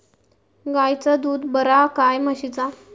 गायचा दूध बरा काय म्हशीचा?